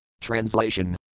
Translation